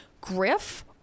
griff